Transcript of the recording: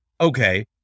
okay